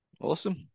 awesome